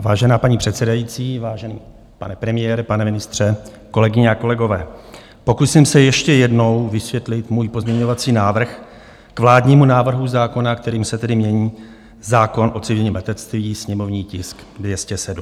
Vážená paní předsedající, vážený pane premiére, pane ministře, kolegyně a kolegové, pokusím se ještě jednou vysvětlit svůj pozměňovací návrh k vládnímu návrhu zákona, kterým se tedy mění zákon o civilním letectví, sněmovní tisk 207.